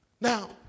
Now